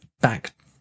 back